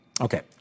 Okay